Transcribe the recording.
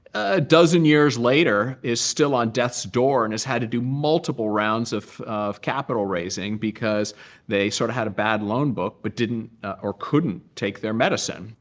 a dozen years later is still on death's door and has had to do multiple rounds of of capital raising, because they sort of had a bad loan book but didn't or couldn't take their medicine.